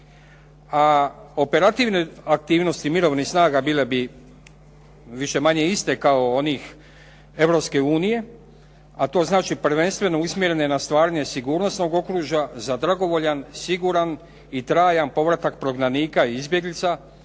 a operativne aktivnosti mirovnih snaga bile bi više-manje iste kao onih Europske unije, a to znači prvenstveno usmjerene na stvaranje sigurnosnog okružja za dragovoljan, siguran i trajan povratak prognanika i izbjeglica,